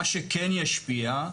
מה שכן ישפיע,